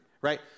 right